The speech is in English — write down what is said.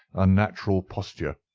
unnatural posture.